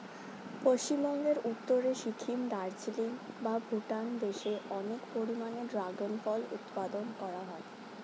পশ্চিমবঙ্গের উত্তরে সিকিম, দার্জিলিং বা ভুটান দেশে অনেক পরিমাণে ড্রাগন ফল উৎপাদন করা হয়